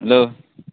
लो